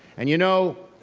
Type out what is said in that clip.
and you know,